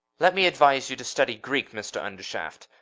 let me advise you to study greek, mr undershaft.